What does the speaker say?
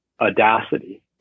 audacity